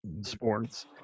sports